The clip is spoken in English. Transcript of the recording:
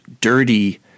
dirty